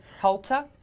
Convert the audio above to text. halter